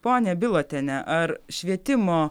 ponia bilotiene ar švietimo